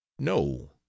no